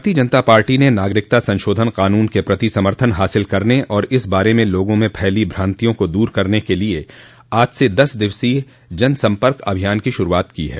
भारतीय जनता पार्टी ने नागरिकता संशोधन कानून के प्रति समर्थन हासिल करने और इस बारे में लोगों में फैली भ्रांतियों को दूर करने के लिए आज से दस दिवसीय जनसम्पर्क अभियान की शुरूआत की है